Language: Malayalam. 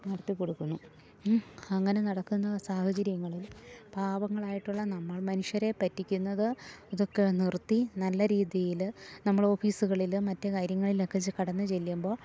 നടത്തി കൊടുക്കുന്നു അങ്ങനെ നടക്കുന്ന സാഹചര്യങ്ങളിൽ പാവങ്ങളായിട്ടുള്ള നമ്മൾ മനുഷ്യരെ പറ്റിക്കുന്നത് ഇതൊക്കെ നിർത്തി നല്ല രീതിയില് നമ്മള് ഓഫീസുകളിലും മറ്റു കാര്യങ്ങളിലൊക്കെ ചെ കടന്ന് ചെല്ലുമ്പോൾ